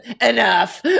Enough